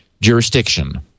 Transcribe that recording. jurisdiction